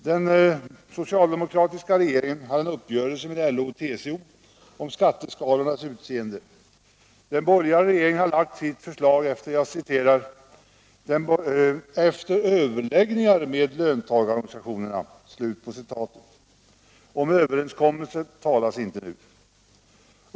Den socialdemokratiska regeringen hade en uppgörelse med LO och TCO om skatteskalornas utseende. Den borgerliga regeringen har lagt sitt förslag ”efter överläggningar med löntagarorganisationerna”. Om överenskommelse talas inte nu.